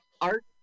art